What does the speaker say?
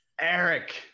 Eric